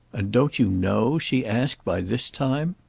and don't you know, she asked, by this time?